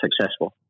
successful